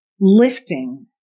Lifting